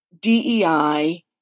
DEI